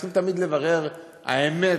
צריך תמיד לברר את האמת: